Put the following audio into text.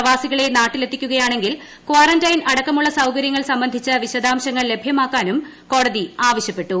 പ്രവാസികളെ നാട്ടിലെത്തിക്കുകയാണെങ്കിൽ കാറന്റൈൻ അടക്കമുള്ള സൌകര്യങ്ങൾ സംബന്ധിച്ച് വിശദാംശങ്ങൾ ലഭ്യമാക്കാനും കോടതി ആവശ്യപ്പെട്ടു